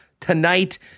tonight